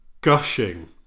gushing